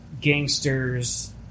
gangsters